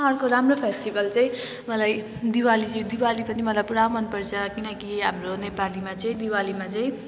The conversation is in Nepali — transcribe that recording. अर्को राम्रो फेस्टिबल चाहिँ मलाई दिवाली चाहिँ यो दिवाली पनि मलाई पुरा मनपर्छ किनकि हाम्रो नेपालीमा चाहिँ दिवालीमा चाहिँ